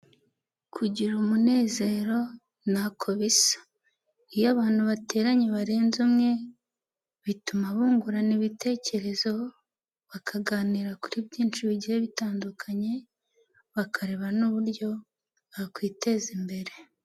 Kugira umunezero ntako bisa, iyo abantu bateranye barenze umwe, bituma bungurana ibitekerezo, bakaganira kuri byinshi bigiye bitandukanye, bakareba n'uburyo bakiteza imbere.